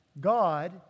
God